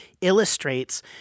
illustrates